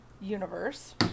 universe